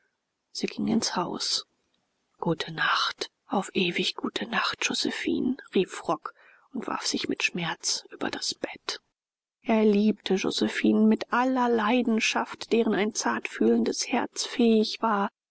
sie ging ins haus gute nacht auf ewig gute nacht josephine rief frock und warf sich im schmerz über das bett er liebte josephinen mit aller leidenschaft deren ein zartfühlendes herz fähig war